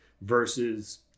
versus